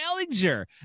Ellinger